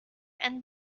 and